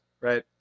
right